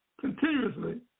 continuously